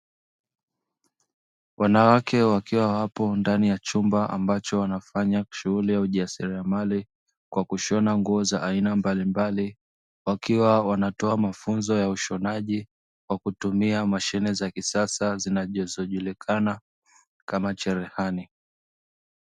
Wanawake wakiwa wapo ndani ya chumba ambacho wanafanya shughuli ya ujasiriamali kwa kushona nguo za aina mbalimbali, wakiwa wanatoa mafunzo ya ushonaji kwa kutumia mashine za kisasa zinazojulikana kama cherehani.